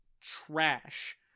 trash